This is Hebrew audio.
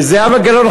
זהבה גלאון,